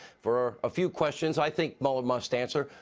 for a few questions i think mueller must answer,